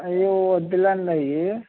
అవి వద్ధులేండి అవి